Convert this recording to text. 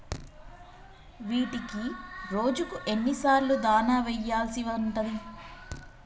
వీటికి రోజుకు ఎన్ని సార్లు దాణా వెయ్యాల్సి ఉంటది?